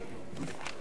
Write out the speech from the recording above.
סילבן שלום,